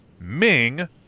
Ming